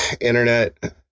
Internet